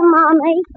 Mommy